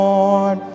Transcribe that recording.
Lord